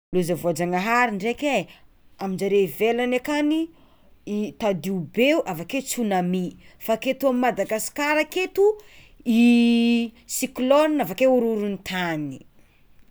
Loza voajanahary ndraiky e: aminjare ivelany akagny i tadio be io avekeo tsunami fa aketo a Madagasikara aketo i cyclone avakeo horohoron-tany.